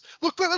look